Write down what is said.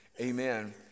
amen